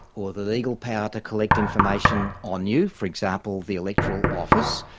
or the legal power to collect information on you, for example the electoral office.